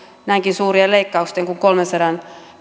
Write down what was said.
näinkin suurien leikkausten kuin kolmensadan